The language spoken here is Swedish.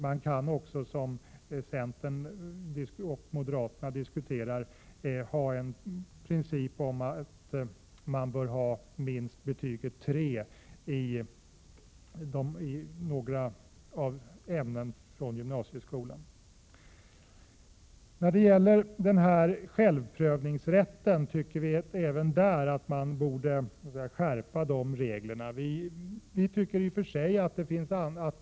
Man kan också, som centern och moderaterna, diskutera krav på lägst betyget 3 i vissa ämnen från gymnasieskolan. Vi tycker också att man borde skärpa reglerna för den s.k. självprövningsrätten.